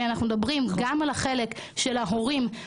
אנחנו מדברים גם על החלק של ההורים,